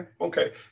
okay